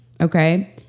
Okay